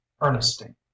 Ernestine